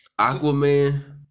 Aquaman